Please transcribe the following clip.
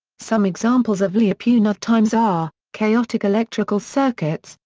some examples of lyapunov times are chaotic electrical circuits,